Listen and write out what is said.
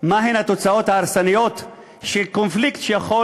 מה יהיו התוצאות ההרסניות של קונפליקט שיכול